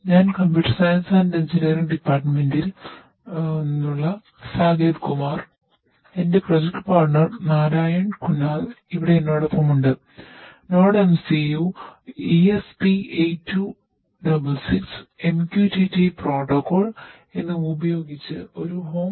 ഞങ്ങൾ Wi Fi IEEE 802